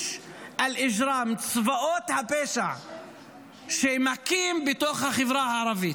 (אומר בערבית ומתרגם:) צבאות הפשע שמכים בתוך החברה הערבית.